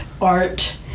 art